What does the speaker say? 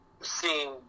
seeing